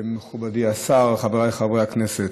מכובדי השר, חבריי חברי הכנסת,